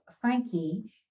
Frankie